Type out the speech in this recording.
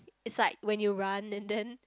its like when you run and then